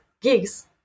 gigs